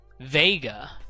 vega